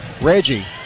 Reggie